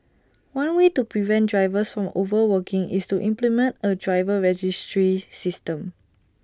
one way to prevent drivers from overworking is to implement A driver registry system